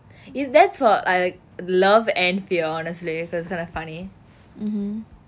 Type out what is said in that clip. if that's for like love and fear honestly so it's kind of funny